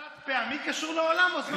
גם החד-פעמי קשור לעולם או יוזמה שלכם?